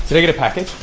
did i get a package?